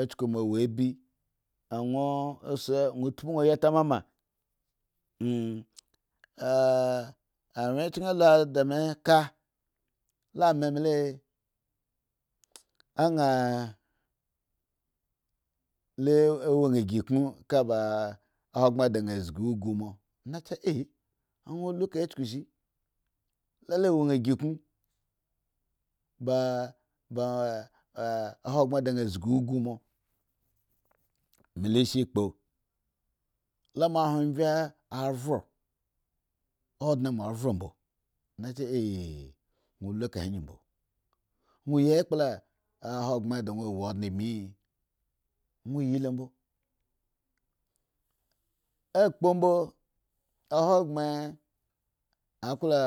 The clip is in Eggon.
A chuku mo wo abi a won tpu won ayi tama anwye chen a lu di me ka nga lo wo an igi kun ba an zgi ugu mo na chi ah nga chuku isilo wo an igi kun ba ahoghre da won zgi ugu mo melu isi kpo la mohwon vye a vro odna mo vro mbo na che ah eh won lu aka he ayi mbo won yi akpla ahogbren da wo wo odne mbi? Won yi lo mbo akpo mbio ahogbren a klo